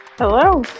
Hello